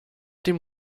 dem